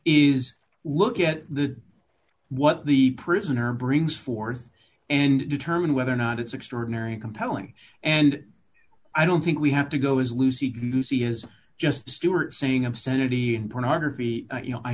is look at the what the prisoner brings forth and determine whether or not it's extraordinary and compelling and i don't think we have to go as lucy lucy has just stewart saying obscenity and pornography you know i